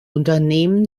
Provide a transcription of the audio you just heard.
unternehmen